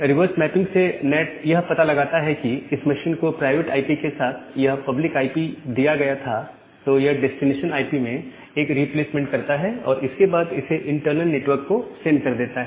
reverse mapping से NAT यह पता लगाता है कि इस मशीन को प्राइवेट आईपी के साथ यह पब्लिक आईपी दिया गया था तो यह डेस्टिनेशन आईपी में एक रिप्लेसमेंट करता है और इसके बाद इसे इंटरनल नेटवर्क को सेंड कर देता है